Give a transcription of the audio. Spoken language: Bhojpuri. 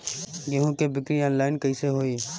गेहूं के बिक्री आनलाइन कइसे होई?